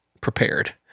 prepared